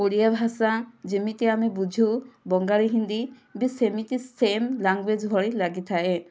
ଓଡ଼ିଆ ଭାଷା ଯେମିତି ଆମେ ବୁଝୁ ବଙ୍ଗାଳୀ ହିନ୍ଦୀ ବି ସେମିତି ସେମ୍ ଲାଙ୍ଗୁଏଜ୍ ଭଳି ଲାଗିଥାଏ